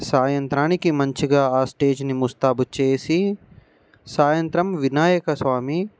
సాయంత్రానికి మంచిగా ఆ స్టేజిని ముస్తాబు చేసి సాయంత్రం వినాయక స్వామి